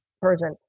Persian